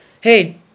Hey